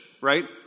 Right